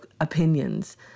opinions